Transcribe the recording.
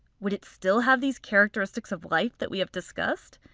would it still have these characteristics of life that we have discussed?